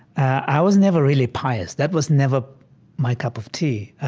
i was never really pious. that was never my cup of tea.